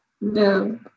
no